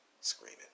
screaming